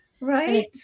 Right